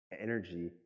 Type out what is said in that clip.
energy